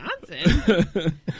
Wisconsin